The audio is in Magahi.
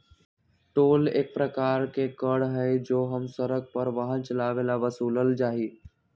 टोल एक प्रकार के कर हई जो हम सड़क पर वाहन चलावे ला वसूलल जाहई